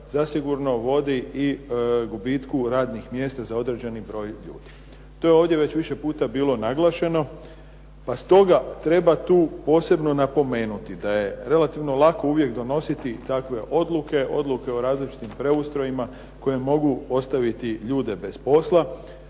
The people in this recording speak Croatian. zasigurno vodi i gubitku radnih mjesta za određeni broj ljudi. To je ovdje već više puta bilo naglašeno, pa stoga treba tu posebno napomenuti, da je relativno lako uvijek donositi takve odluke, odluke o različitim preustrojima, koji mogu ostaviti ljude bez posla,